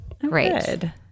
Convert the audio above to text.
Great